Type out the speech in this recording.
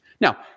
Now